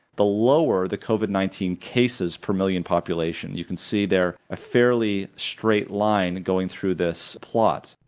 the lower the covid nineteen cases per million population. you can see there a fairly straight line going through this plot.